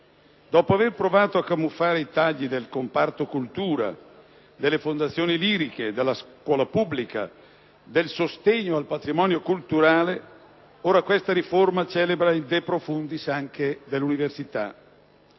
Dopo aver provato a camuffare i tagli del comparto cultura, delle fondazioni liriche, della scuola pubblica e del sostegno al patrimonio culturale, ora questa riforma celebra il de profundis, anche e purtroppo,